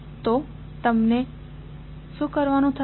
તો તમે શું કરશો